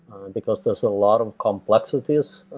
um because there's a lot of complexities